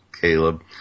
Caleb